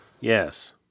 yes